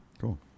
Cool